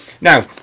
now